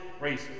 racist